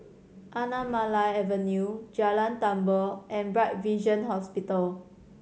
Anamalai Avenue Jalan Tambur and Bright Vision Hospital